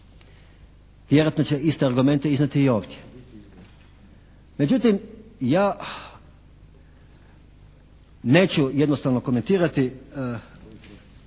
Vjerojatno će iste argumente iznijeti i ovdje. Međutim, ja neću jednostavno komentirati